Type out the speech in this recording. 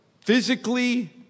physically